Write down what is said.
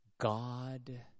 God